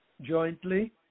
jointly